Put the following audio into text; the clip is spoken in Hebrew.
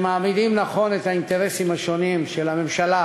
שמעמידים נכון את האינטרסים השונים של הממשלה,